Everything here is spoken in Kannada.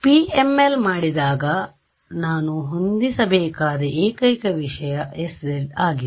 ಪಿಎಂಎಲ್ ಮಾಡಿದಾಗ ನಾನು ಹೊಂದಿಸಬೇಕಾದ ಏಕೈಕ ವಿಷಯ sz ಆಗಿದೆ